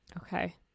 Okay